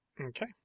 Okay